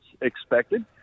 expected